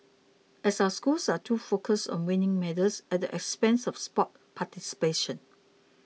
are our schools too focused on winning medals at the expense of sports participation